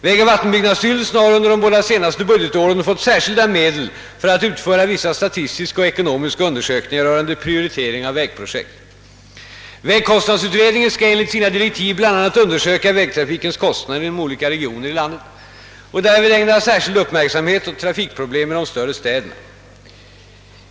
Vägoch vattenbyggnadsstyrelsen har under de båda senaste budgetåren fått särskilda medel för att utföra vissa statistiska och ekonomiska undersökningar rörande prioritering av vägprojekt. Vägkostnadsutredningen skall enligt sina direktiv bl.a. undersöka vägtrafikens kostnader inom olika regioner i landet och därvid ägna särskild uppmärksamhet åt trafikproblemen i de större städerna.